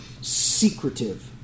secretive